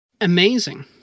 amazing